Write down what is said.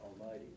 Almighty